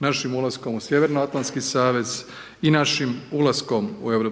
našim ulaskom u Sjevernoatlantski savez i našim ulaskom u EU.